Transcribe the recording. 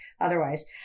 otherwise